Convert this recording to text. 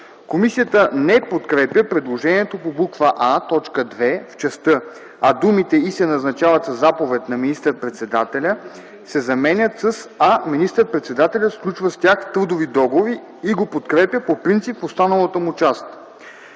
Комисията не подкрепя предложението по буква „А”, т. 2 в частта, а думите „и се назначават със заповед на министър-председателя” се заменят с „а министър-председателят сключва с тях трудови договори” и го подкрепя по принцип в останалата му част.